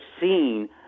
seen